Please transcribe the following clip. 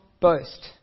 boast